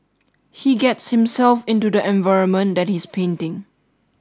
he gets himself into the environment that he's painting